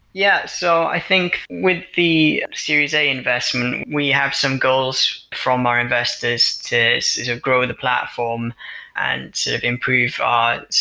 yeah. so i think with the series a investment, we have some goals from our investors to grow in the platform and sort of improve our